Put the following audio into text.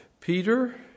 Peter